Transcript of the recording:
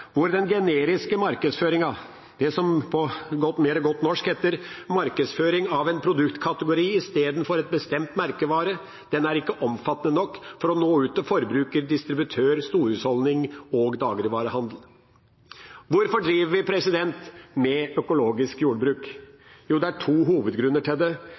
hvor den generiske markedsføringen, det som på godt norsk heter markedsføring av en produktkategori istedenfor en bestemt merkevare, ikke er omfattende nok til å nå ut til forbruker, distributør, storhusholdning og dagligvarehandel. Hvorfor driver vi med økologisk jordbruk? Det er to hovedgrunner til det.